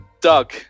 Doug